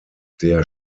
der